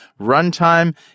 runtime